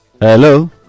Hello